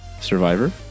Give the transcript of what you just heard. Survivor